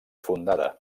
fundada